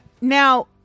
Now